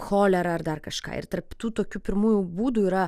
cholera ar dar kažką ir tarp tų tokių pirmųjų būdų yra